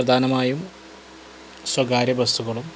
പ്രധാനമായും സ്വകാര്യ ബസുകളും